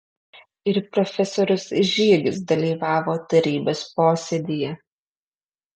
ir profesorius žiegis dalyvavo tarybos posėdyje